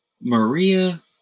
Maria